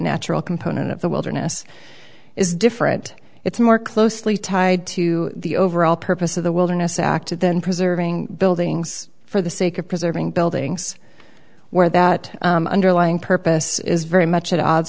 natural component of the wilderness is different it's more closely tied to the overall purpose of the wilderness active than preserving buildings for the sake of preserving buildings where that underlying purpose is very much at odds